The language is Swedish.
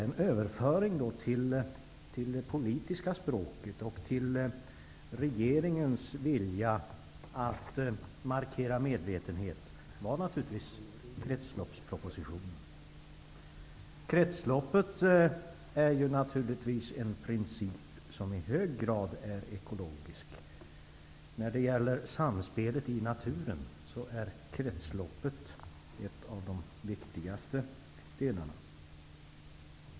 En överföring till det politiska språket och till regeringens vilja att markera medvetenhet var naturligtvis kretsloppspropositionen. Kretsloppet är en princip som i hög grad är ekologisk. När det gäller samspelet i naturen är kretsloppet en av de viktigaste delarna.